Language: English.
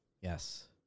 Yes